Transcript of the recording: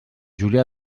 julià